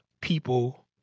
people